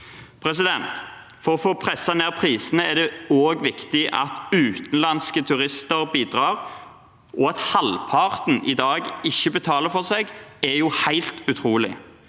for 2025. For å få presset ned prisene er det også viktig at utenlandske turister bidrar. At halvparten i dag ikke betaler for seg, er jo helt utrolig.